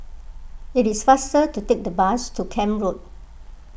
it is faster to take the bus to Camp Road